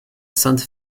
sainte